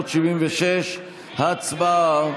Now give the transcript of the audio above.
376. הצבעה.